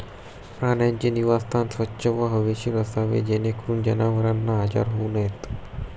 प्राण्यांचे निवासस्थान स्वच्छ व हवेशीर असावे जेणेकरून जनावरांना आजार होऊ नयेत